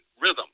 rhythm